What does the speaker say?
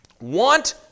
want